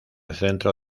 centro